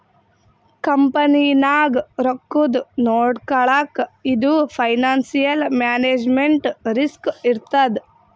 ಕಂಪನಿನಾಗ್ ರೊಕ್ಕಾದು ನೊಡ್ಕೊಳಕ್ ಇದು ಫೈನಾನ್ಸಿಯಲ್ ಮ್ಯಾನೇಜ್ಮೆಂಟ್ ರಿಸ್ಕ್ ಇರ್ತದ್